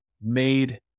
made